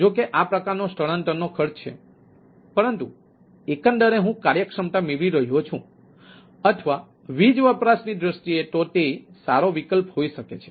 જો કે આ પ્રકારના સ્થળાંતરનો ખર્ચ છે પરંતુ એકંદરે હું કાર્યક્ષમતા મેળવી રહ્યો છું અથવા વીજ વપરાશની દ્રષ્ટિએ જોઈએ તો તે સારો વિકલ્પ હોઈ શકે છે